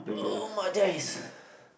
oh my dice